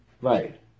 Right